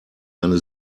eine